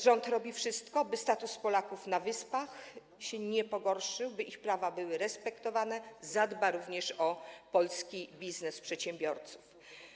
Rząd robi wszystko, aby status Polaków na Wyspach się nie pogorszył, by ich prawa były respektowane, dba również o polski biznes i przedsiębiorców.